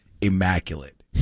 immaculate